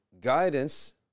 guidance